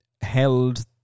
held